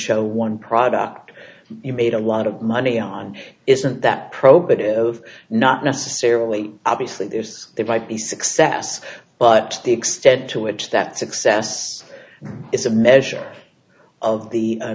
show one product you made a lot of money on isn't that probative not necessarily obviously there's there might be success but the extent to which that success is a measure of the